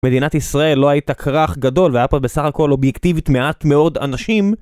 מדינת ישראל לא הייתה כרך גדול והיה פה בסך הכל אובייקטיבית מעט מאוד אנשים